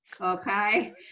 okay